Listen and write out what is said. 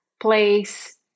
place